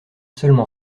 seulement